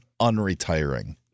unretiring